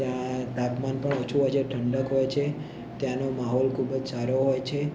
ત્યાં તાપમાન પણ ઓછું હોય છે ઠંડક હોય છે ત્યાંનો માહોલ પણ ખૂબ જ સારો હોય છે